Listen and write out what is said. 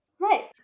Right